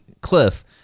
Cliff